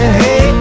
hey